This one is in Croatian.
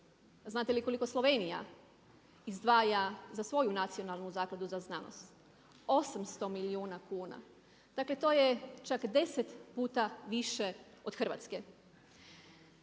znate li koliko Slovenija izdvaja za svoju nacionalnu zakladu za znanost? 800 milijuna kuna. Dakle to je čak 10 puta više od Hrvatske.